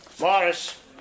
Morris